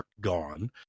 gone